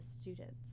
students